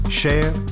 share